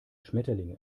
schmetterlinge